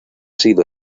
sido